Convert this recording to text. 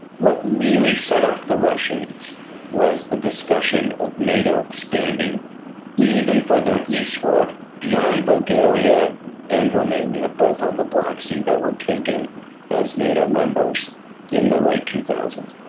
what really set off the russians was the discussion of nato expanding even further eastward beyond bulgaria and romania, both on the black sea, that were taken as nato members in the late two thousand